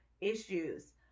issues